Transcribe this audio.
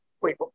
wait